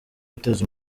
guteza